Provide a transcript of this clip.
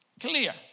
clear